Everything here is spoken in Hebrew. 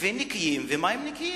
ונקיים ולמים נקיים.